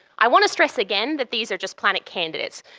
i want to stress again that these are just planet candidates.